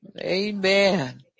Amen